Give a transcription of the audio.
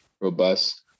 robust